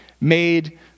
made